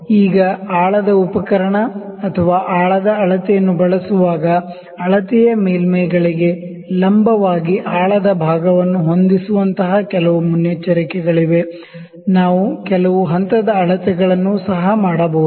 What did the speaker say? ಈಗ depth instrument ಅಥವಾ ಆಳದ ಅಳತೆಯನ್ನು ಬಳಸುವಾಗ ಅಳತೆಯ ಮೇಲ್ಮೈಗಳಿಗೆ ಲಂಬವಾಗಿ ಆಳದ ಭಾಗವನ್ನು ಹೊಂದಿಸುವಂತಹ ಕೆಲವು ಮುನ್ನೆಚ್ಚರಿಕೆಗಳಿವೆ ನಾವು ಕೆಲವು ಸ್ಟೆಪ್ ಮೆಜರ್ಮೆಂಟ್ ಗಳನ್ನು ಸಹ ಮಾಡಬಹುದು